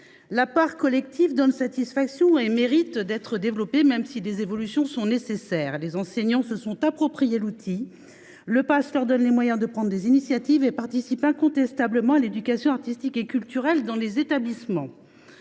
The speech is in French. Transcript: La part collective donne satisfaction et mérite d’être développée, même si des évolutions sont nécessaires. Les enseignants se sont approprié l’outil : le pass leur donne les moyens de prendre des initiatives et nourrit incontestablement l’éducation artistique et culturelle dans les établissements.